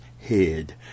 head